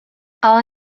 ale